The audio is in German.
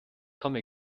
komme